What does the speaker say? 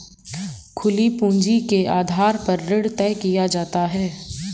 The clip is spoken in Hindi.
खुली पूंजी के आधार पर ऋण तय किया जाता है